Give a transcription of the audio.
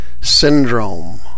syndrome